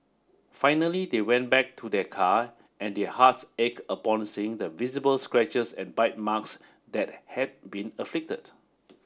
finally they went back to their car and their hearts ache upon seeing the visible scratches and bite marks that had been inflicted